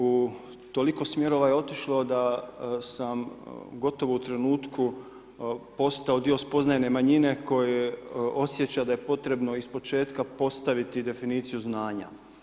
U toliko smjerova je otišlo da sam gotovo u trenutku postao dio spoznajne manjine koje osjeća da je potrebno ispočetka postaviti definiciju znanja.